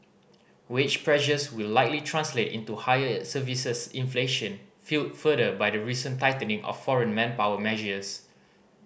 wage pressures will likely translate into higher services inflation fuelled further by the recent tightening of foreign manpower measures